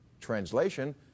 Translation